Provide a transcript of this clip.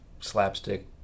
slapstick